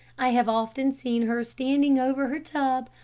i have often seen her standing over her tub,